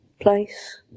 place